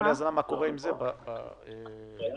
בנושא ההזנה